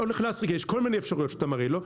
יש כל מיני אפשרויות שאתה מראה לו.